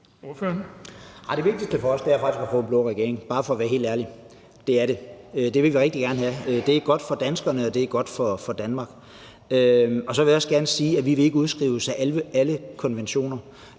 regering, bare for at være helt ærlig. Det er det. Det vil vi rigtig gerne have. Det er godt for danskerne, og det er godt for Danmark. Så vil jeg også gerne sige, at vi ikke vil skrives ud af alle konventioner.